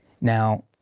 now